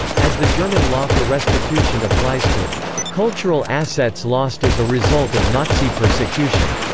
as the german law for restitution applies to cultural assets lost as a result of nazi persecution,